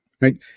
Right